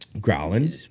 Growling